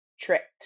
tricked